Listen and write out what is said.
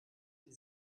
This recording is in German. die